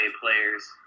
players